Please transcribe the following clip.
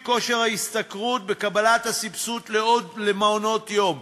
כושר ההשתכרות בקבלת הסבסוד למעונות-יום.